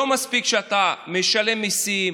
לא מספיק שאתה משלם מיסים,